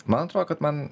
man atrodo kad man